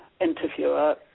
interviewer